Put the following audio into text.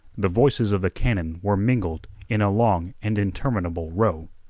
the voices of the cannon were mingled in a long and interminable row.